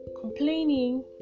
complaining